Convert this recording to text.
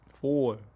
four